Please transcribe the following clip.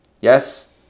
Yes